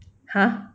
!huh!